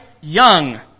young